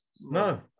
No